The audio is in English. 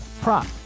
prop